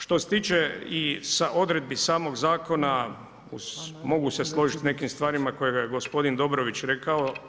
Što se tiče i odredbi samog zakona mogu se složiti sa nekim stvarima koje je gospodin Dobrović rekao.